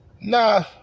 Nah